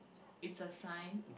it's a sign